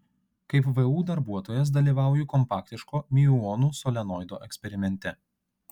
kaip vu darbuotojas dalyvauju kompaktiško miuonų solenoido eksperimente